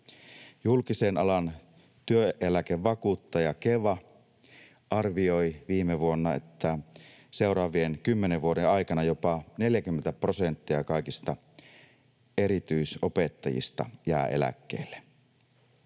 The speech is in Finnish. Julkisen alan työeläkevakuuttaja Keva arvioi viime vuonna, että seuraavien kymmenen vuoden aikana jopa 40 prosenttia kaikista erityisopettajista jää eläkkeelle.